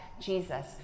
Jesus